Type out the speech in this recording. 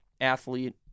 athlete